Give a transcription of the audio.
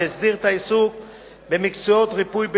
והסדיר את העיסוק במקצועות ריפוי בעיסוק,